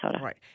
right